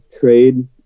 trade –